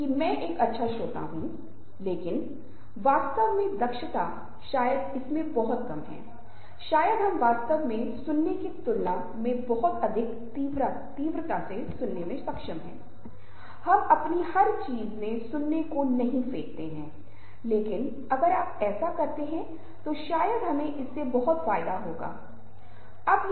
जब मैं अपनी भाषा में कहता हूं इसका मतलब यह नहीं है कि मूल रूप से वह भाषा जो कोई व्यक्ति बोल रहा है भाषा के भीतर एक भाषा है जिसका अर्थ है हमें महसूस करने वाले व्यक्तियों को समझना होगा व्यक्तियों के मूड व्यवहार जिस तरह से वह या वह चीजों को समझेंगे समय संदर्भ और केवल अगर आप इन सभी पहलुओं को समझते हैं तो हम बेहतर स्थिति में हो सकते हैं